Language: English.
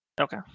Okay